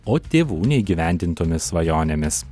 o tėvų neįgyvendintomis svajonėmis